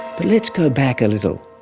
but let's go back a little.